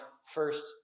First